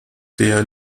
der